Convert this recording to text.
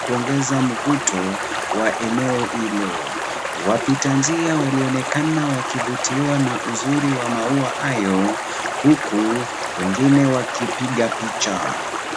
kuongeza mvuto wa eneo hilo. Wapita njia walionekana wakivutiwa na uzuri wa maua hayo huku wengine wakipiga picha